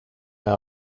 med